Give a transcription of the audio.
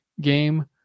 game